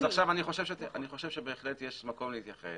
אני חושב שבהחלט יש מקום להתייחס,